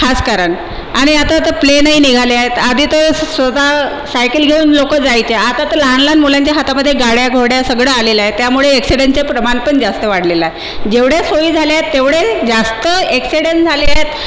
खास कारण आणि आता तर प्लेनही निघाले आहेत आधी तर स्वतः सायकल घेऊन लोकं जायचे आता तर लहान लहान मुलांच्या हातामध्ये गाड्या घोड्या सगळं आलेलं आहे त्यामुळे ॲक्सिडेंटचे प्रमाण पण जास्त वाढलेलं आहे जेवढ्या सोयी झाल्यात तेवढे जास्त ॲक्सिडेंट झाले आहेत